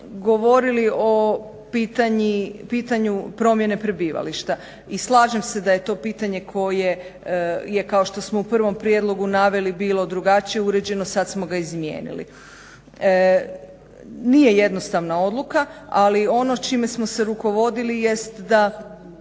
govorili o pitanju promjene prebivališta i slažem se da je to pitanje koje je kao što smo u prvom prijedlogu naveli bilo drugačije uređeno, sad smo ga izmijenili. Nije jednostavna odluka, ali ono s čime smo se rukovodili jest da